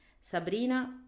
Sabrina